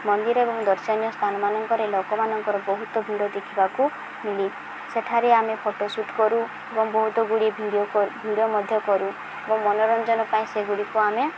ମନ୍ଦିର ଏବଂ ଦର୍ଶନୀୟ ସ୍ଥାନମାନାନଙ୍କରେ ଲୋକମାନଙ୍କର ବହୁତ ଭିଡ଼ ଦେଖିବାକୁ ମିଳେ ସେଠାରେ ଆମେ ଫଟୋ ସୁଟ୍ କରୁ ଏବଂ ବହୁତ ଗୁଡ଼ିଏ ଭିଡ଼ିଓ ଭିଡ଼ିଓ ମଧ୍ୟ କରୁ ଏବଂ ମନୋରଞ୍ଜନ ପାଇଁ ସେଗୁଡ଼ିକୁ ଆମେ